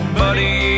buddy